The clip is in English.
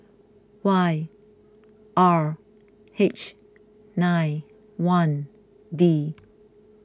Y R H nine one D